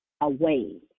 away